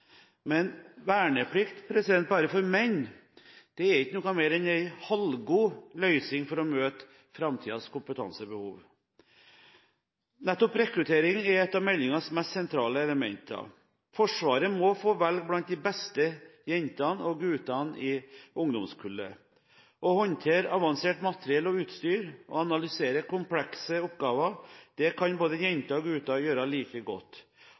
Men verneplikt bare for menn er ikke mer enn en halvgod løsning for å møte framtidens kompetansebehov. Nettopp rekruttering er et av meldingens mest sentrale elementer. Forsvaret må få velge blant de beste jentene og guttene i ungdomskullet. Å håndtere avansert materiell og utstyr og analysere komplekse oppgaver kan både jenter og gutter gjøre like godt.